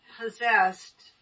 possessed